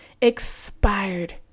Expired